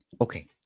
okay